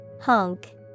Honk